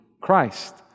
Christ